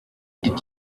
did